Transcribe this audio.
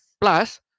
Plus